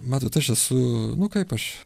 matot aš esu nu kaip aš